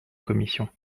commission